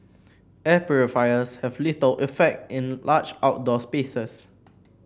air purifiers have little effect in large outdoor spaces